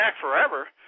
forever